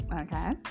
Okay